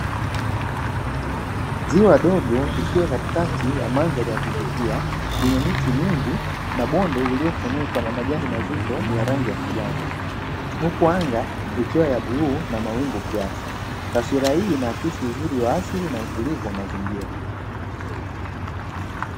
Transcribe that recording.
Ziwa dogo likiwa katikati ya mandhari ya kuvutia yenye miti mingi na bonde lililofunikwa na majani mazito ya rangi ya kijani huku anga ikiwa ya rangi ya bluu na mawingu kiasi, taswira hii inaakisi uzuri wa asili na utulivu wa mazingira.